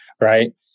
right